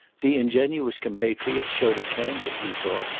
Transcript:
the ingenuous compatriots showed a candour, he thought,